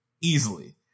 Easily